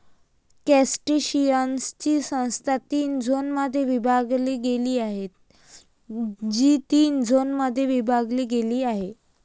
क्रस्टेशियन्सची संस्था तीन झोनमध्ये विभागली गेली आहे, जी तीन झोनमध्ये विभागली गेली आहे